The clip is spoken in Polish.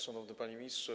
Szanowny Panie Ministrze!